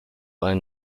ein